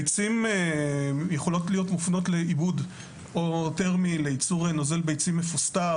ביצים יכולות להיות מופנות לעיבוד תרמי לייצור נוזל ביצים מפוסטר